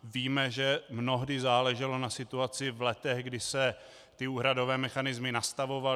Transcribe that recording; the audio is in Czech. Víme, že mnohdy záleželo na situaci v letech, kdy se úhradové mechanismy nastavovaly.